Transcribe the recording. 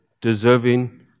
deserving